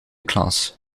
klas